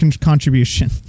contribution